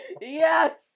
Yes